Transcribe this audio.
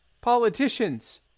politicians